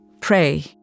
pray